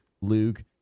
Luke